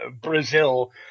Brazil